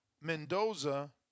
Mendoza